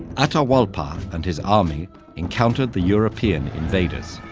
atahualpa and his army encountered the european invaders.